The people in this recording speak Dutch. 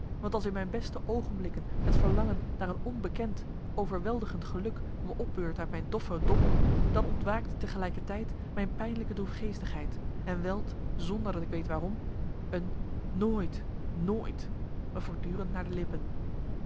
want als in mijn beste oogenblikken het verlangen naar een onbekend overweldigend geluk me opbeurt uit mijn doffe dommel dan ontwaakt tegelijkertijd mijn pijnlijke droefgeestigheid en welt zonder dat ik weet waarom een nooit nooit me voortdurend naar de lippen